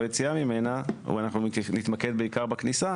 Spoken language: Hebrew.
יציאה ממנה אבל אנחנו נתמקד בעיקר בכניסה